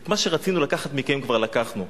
את מה שרצינו לקחת מכם, כבר לקחנו.